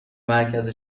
مرکز